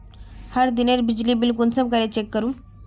हर दिनेर बिजली बिल कुंसम करे चेक करूम?